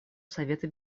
совета